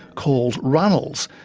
called runnels,